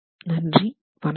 நன்றி வணக்கம்